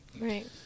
Right